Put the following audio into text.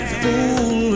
fool